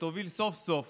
שתוביל סוף-סוף